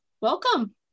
Welcome